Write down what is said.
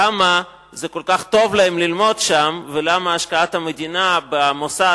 למה כל כך טוב להם ללמוד שם ולמה השקעת המדינה במוסד,